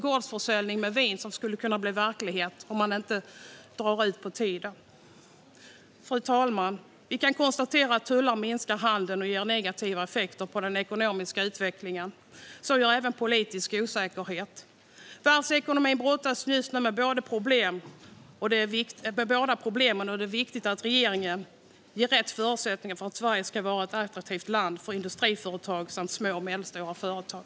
Gårdsförsäljning av vin skulle också kunna bli verklighet om man inte låter det dra ut på tiden. Fru talman! Vi kan konstatera att tullar leder till minskad handel och får negativa effekter på den ekonomiska utvecklingen. Det gäller även politisk osäkerhet. Världsekonomin brottas just nu med båda problemen. Det är viktigt att regeringen ger Sverige rätt förutsättningar för att vara ett attraktivt land för industriföretag samt små och medelstora företag.